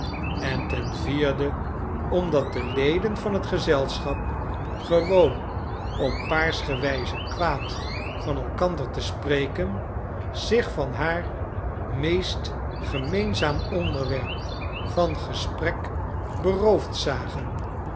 en ten vierde omdat de leden van het gezelschap gewoon om paarsgewijze kwaad van elkander te spreken zich van haar meest gemeenzaam onderwerp van gesprek beroofd zagen